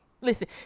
listen